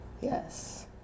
Yes